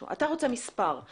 אתה רוצה מספר,